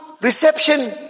reception